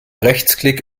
rechtsklick